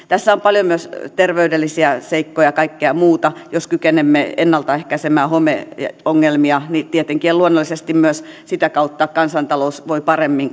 tässä on paljon myös terveydellisiä seikkoja ja kaikkea muuta jos kykenemme ennaltaehkäisemään homeongelmia niin tietenkin ja luonnollisesti myös sitä kautta kansantalous voi paremmin